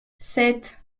sept